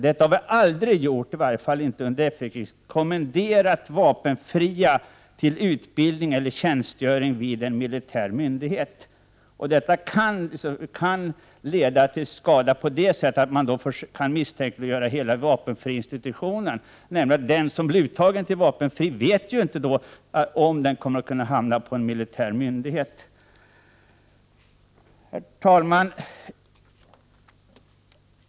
Vi har aldrig — i varje fall aldrig under efterkrigstiden — kommenderat vapenfria till utbildning eller tjänstgöring vid en militär myndighet. Detta kan leda till skada på det sättet att man kan misstänkliggöra hela vapenfriinstitutionen. Den som blir uttagen till vapenfri tjänst vet ju inte i detta fall om han kommer att hamna på en militär myndighet. Herr talman!